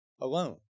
alone